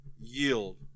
yield